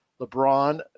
LeBron